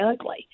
ugly